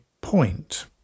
point